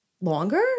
longer